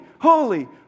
holy